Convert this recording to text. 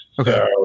Okay